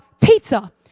Pizza